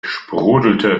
sprudelte